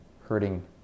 hurting